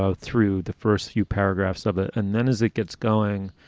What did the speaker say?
ah through the first few paragraphs of it. and then as it gets going,